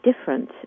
different